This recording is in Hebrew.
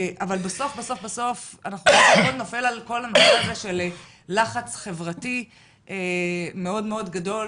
אבל בסוף בסוף הכול נופל על כל הנושא הזה של לחץ חברתי מאוד מאוד גדול,